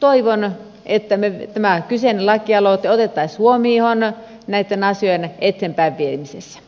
toivon että tämä kyseinen lakialoite otettaisiin huomioon näitten asioitten eteenpäin viemisessä